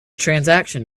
transaction